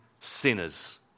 sinners